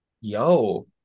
Yo